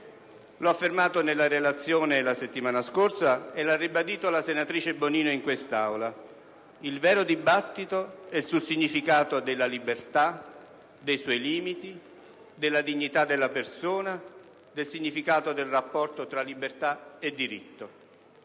L'ho affermato nella relazione la settimana scorsa e lo ha ribadito la senatrice Bonino in quest'Aula: il vero dibattito è sul significato della libertà, dei suoi limiti, della dignità della persona, sul significato del rapporto tra libertà e diritto.